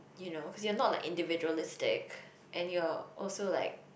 you know you're not like individualistic and you're also like